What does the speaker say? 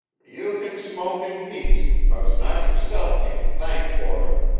you can smoke in peace, but it's not yourself you can thank for it,